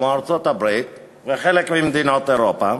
כמו ארצות-הברית וחלק ממדינות אירופה,